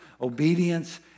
Obedience